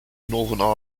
northern